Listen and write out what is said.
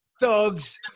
thugs